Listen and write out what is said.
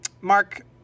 Mark